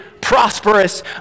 prosperous